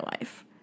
life